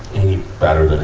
he but